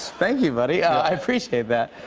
thank you, buddy. i appreciate that.